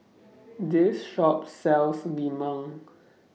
This Shop sells Lemang